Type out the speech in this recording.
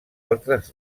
altres